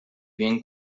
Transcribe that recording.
bien